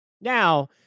Now